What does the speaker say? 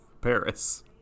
Paris